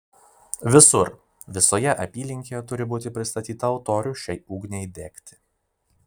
visur visoje apylinkėje turi būti pristatyta altorių šiai ugniai degti